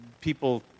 people